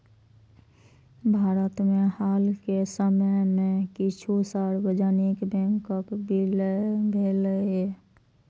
भारत मे हाल के समय मे किछु सार्वजनिक बैंकक विलय भेलैए